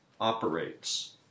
operates